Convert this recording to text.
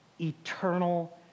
eternal